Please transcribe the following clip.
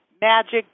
Magic